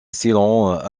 sillon